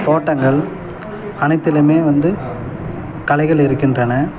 தோட்டங்கள் அனைத்துலயும் வந்து கலைகள் இருக்கின்றன